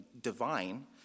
divine